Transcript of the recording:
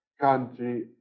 country